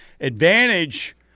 advantage